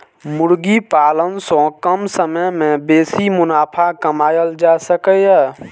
मुर्गी पालन सं कम समय मे बेसी मुनाफा कमाएल जा सकैए